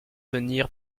venir